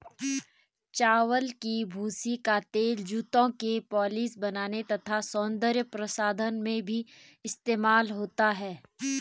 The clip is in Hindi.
चावल की भूसी का तेल जूतों की पॉलिश बनाने तथा सौंदर्य प्रसाधन में भी इस्तेमाल होता है